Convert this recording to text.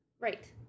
Right